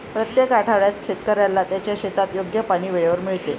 प्रत्येक आठवड्यात शेतकऱ्याला त्याच्या शेतात योग्य पाणी वेळेवर मिळते